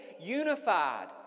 unified